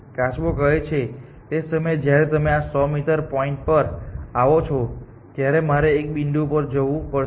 કાચબો કહે છે તે સમયે જ્યારે તમે આ 100 મીટર પોઇન્ટ પર આવો છો ત્યારે મારે એક બિંદુ પર જવું પડશે